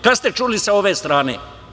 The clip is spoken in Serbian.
Kada ste čuli sa ove strane?